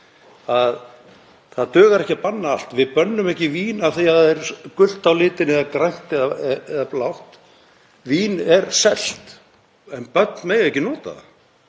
Það dugar ekki að banna allt. Við bönnum ekki vín af því að það er gult á litinn eða grænt eða blátt. Vín er selt en börn mega ekki nota það